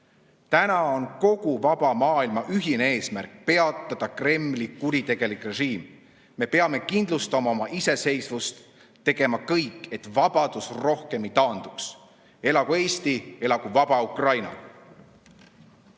Täna on kogu vaba maailma ühine eesmärk peatada Kremli kuritegelik režiim. Me peame kindlustama oma iseseisvuse, tegema kõik, et vabadus rohkem ei taanduks. Elagu Eesti! Elagu vaba Ukraina!